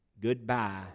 goodbye